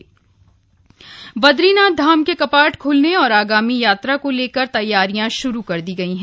बद्रीनाथ धाम बद्रीनाथ धाम के कपाट खुलने और आगामी यात्रा को लेकर तैयारियां शुरू कर दी गयी है